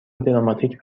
دراماتیک